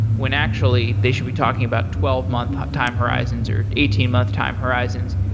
when actually they should be talking about twelve month time horizons or eighteen month time horizons.